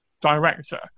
director